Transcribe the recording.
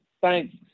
Thanks